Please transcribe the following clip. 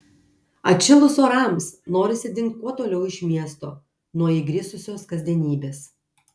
atšilus orams norisi dingt kuo toliau iš miesto nuo įgrisusios kasdienybės